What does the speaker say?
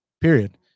period